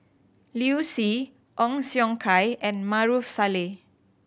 Liu Si Ong Siong Kai and Maarof Salleh